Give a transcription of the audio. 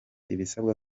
ibisabwa